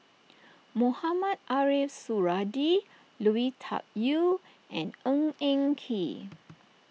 Mohamed Ariff Suradi Lui Tuck Yew and Ng Eng Kee